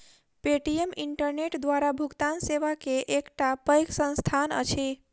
Paytm internet द्वारा भुगतान सेवा के एकटा पैघ संस्थान अछि